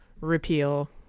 repeal